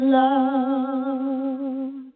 love